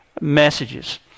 messages